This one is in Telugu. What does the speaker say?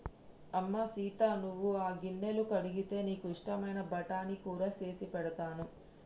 అమ్మ సీత నువ్వు ఆ గిన్నెలు కడిగితే నీకు ఇష్టమైన బఠానీ కూర సేసి పెడతాను